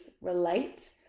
relate